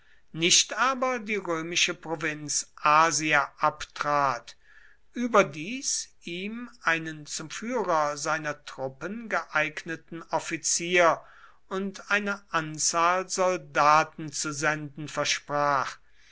nicht aber die römische provinz asia abtrat überdies ihm einen zum führer seiner truppen geeigneten offizier und eine anzahl soldaten zu senden versprach